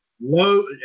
low